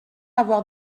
avoir